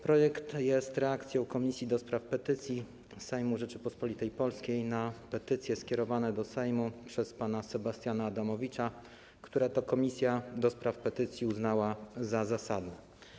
Projekt jest reakcją Komisji do Spraw Petycji Sejmu Rzeczypospolitej Polskiej na petycje skierowane do Sejmu przez pana Sebastiana Adamowicza, które Komisja do Spraw Petycji uznała za zasadne.